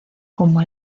como